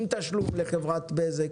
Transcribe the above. עם תשלום לחברת בזק.